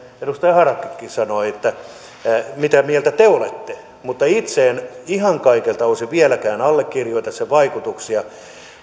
edustaja harakkakin sanoi mitä mieltä te olette mutta itse en ihan kaikilta osin vieläkään allekirjoita sen vaikutuksia